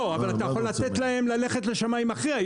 לא, אבל אתה יכול לתת להם ללכת לשמאי מכריע.